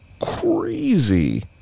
crazy